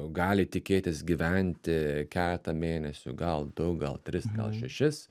gali tikėtis gyventi keletą mėnesių gal du gal tris gal šešis